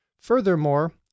Furthermore